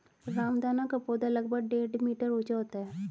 रामदाना का पौधा लगभग डेढ़ मीटर ऊंचा होता है